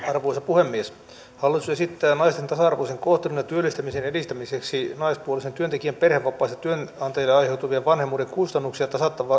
arvoisa puhemies hallitus esittää naisten tasa arvoisen kohtelun ja työllistämisen edistämiseksi naispuolisen työntekijän perhevapaista työnantajille aiheutuvia vanhemmuuden kustannuksia